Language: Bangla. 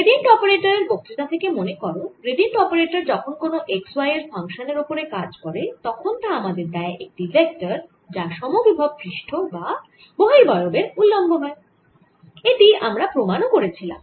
গ্র্যাডিয়েন্ট অপারেটরের বক্তৃতা থেকে মনে করো গ্র্যাডিয়েন্ট অপারেটর যখন কোন x y এর ফাংশান এর ওপরে কাজ করে তখন তা আমাদের দেয় একটি ভেক্টর যা সম বিভব পৃষ্ঠ বা বহিরবয়ব এর উলম্ব হয় এটি আমরা প্রমাণ ও করেছিলাম